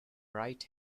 right